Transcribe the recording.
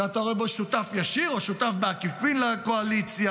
שאתה רואה בו שותף ישיר או שותף בעקיפין לקואליציה,